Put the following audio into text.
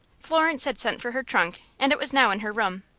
florence had sent for her trunk, and it was now in her room.